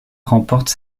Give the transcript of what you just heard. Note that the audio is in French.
remporte